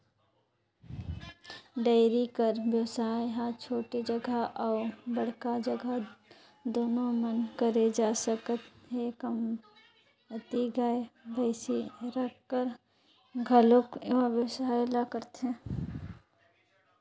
dairy कर बेवसाय ह छोटे जघा अउ बड़का जघा दूनो म करे जा सकत हे, कमती गाय, भइसी राखकर घलोक ए बेवसाय ल करथे